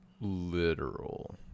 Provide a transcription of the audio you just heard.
literal